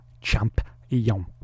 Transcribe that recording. champion